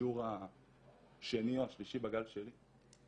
השיעור השני או השלישי בגל שלי,